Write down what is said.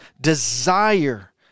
desire